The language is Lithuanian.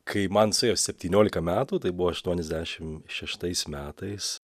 kai man suėjo septyniolika metų tai buvo aštuoniasdešim šeštais metais